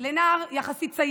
לנער צעיר יחסית.